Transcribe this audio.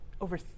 Over